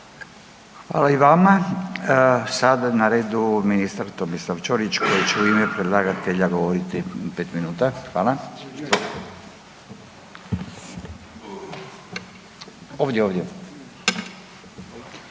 Fala i vama. Sada je na redu ministar Tomislav Ćorić koji će u ime predlagatelja govoriti 5 minuta. Hvala, ovdje ovdje,